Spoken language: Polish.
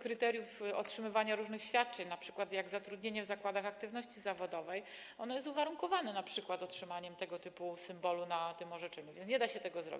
kryteriów otrzymywania różnych świadczeń, np. zatrudnienie w zakładach aktywności zawodowej, jest uwarunkowane m.in. otrzymaniem tego typu symbolu na tym orzeczeniu, więc nie da się tego zrobić.